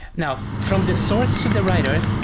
now from the source of the writer,